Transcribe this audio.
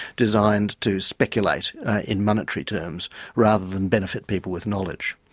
designed to speculate in monetary terms rather than benefit people with knowledge.